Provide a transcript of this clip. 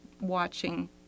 watching